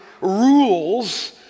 rules